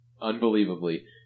unbelievably